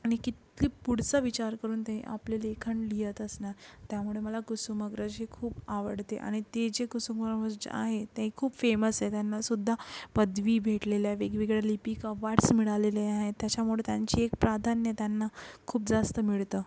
आणि किती पुढचा विचार करून ते आपले लेखन लिहित असणार त्यामुळे मला कुसुमाग्रज हे खूप आवडते आणि ते जे कुसुमाग्रज आहे ते खूप फेमस आहे त्यांनासुद्धा पदवी भेटलेल्या आहे वेगवेगळ्या लिपीक अवार्डस मिळालेले आहे त्याच्यामुळे त्यांची एक प्राधान्य त्यांना खूप जास्त मिळतं